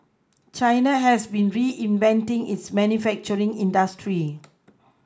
China has been reinventing its manufacturing industry